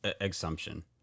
assumption